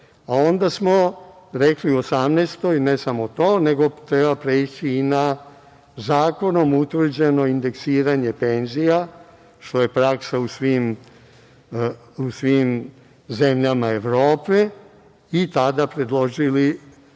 Onda smo rekli u 2018. godini, ne samo to nego treba preći i na zakonom utvrđeno indeksiranje penzija što je praksa u svim zemljama Evrope i tada predložili